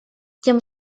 тем